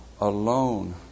alone